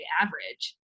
average